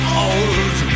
old